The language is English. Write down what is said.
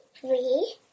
Three